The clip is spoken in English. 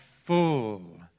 full